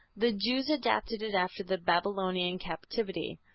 the jews adopted it after the babylonian captivity.